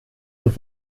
und